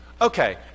Okay